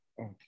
okay